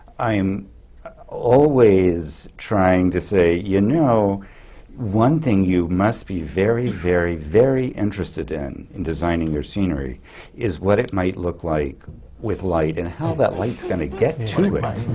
i am always trying to say, you know one thing you must be very, very, very interested in in designing your scenery is what it might look like with light and how that light's gonna get to it,